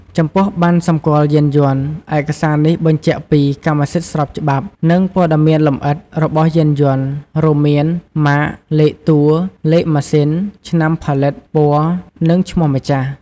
ចំពោះ ប័ណ្ណសម្គាល់យានយន្ត ឯកសារនេះបញ្ជាក់ពី កម្មសិទ្ធិស្របច្បាប់ និងព័ត៌មានលម្អិតរបស់យានយន្ត រួមមាន ម៉ាក លេខតួ លេខម៉ាស៊ីន ឆ្នាំផលិត ពណ៌ និងឈ្មោះម្ចាស់។